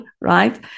right